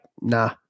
nah